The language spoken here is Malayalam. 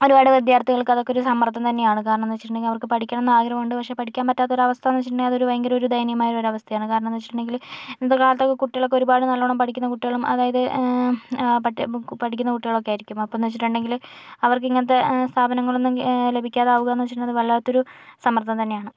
ഒരുപാട് വിദ്യാർഥികൾക്ക് അതൊക്കെ ഒരു സമ്മർദ്ദം തന്നെയാണ് കാരണംന്ന് വെച്ചിട്ടുണ്ടെങ്കി അവർക്ക് പഠിക്കണംന്ന് ആഗ്രഹം ഒണ്ട് പക്ഷെ പഠിക്കാൻ പറ്റാത്ത ഒരവസ്ഥാന്ന് വെച്ചിട്ടുണ്ടെങ്കി അതൊരു ഭയങ്കര ഒരു ദയനീയമായ ഒരവസ്ഥയാണ് കാരണംന്ന് വെച്ചിട്ടുണ്ടെങ്കില് ഇന്നത്ത കാലത്തൊക്കെ കുട്ടികളൊക്കെ ഒരുപാട് നല്ലോണം പഠിക്കുന്ന കുട്ടികളും അതായത് പട്ട് ഇപ്പോൾ പഠിക്കുന്ന കുട്ടികളൊക്കെ ആയിരിക്കും അപ്പന്ന് വെച്ചിട്ടുണ്ടെങ്കില് അവർക്കിങ്ങൻത്ത സ്ഥാപനങ്ങളൊന്നും ലഭിക്കാതാവുകാന്ന് വെച്ചിട്ടുണ്ടെങ്കി അത് വല്ലാത്തൊരു സമ്മർദ്ദം തന്നെയാണ്